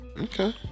Okay